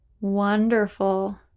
wonderful